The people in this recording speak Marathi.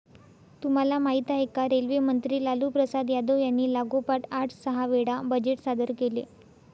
तुम्हाला माहिती आहे का? रेल्वे मंत्री लालूप्रसाद यादव यांनी लागोपाठ आठ सहा वेळा बजेट सादर केले